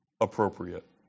appropriate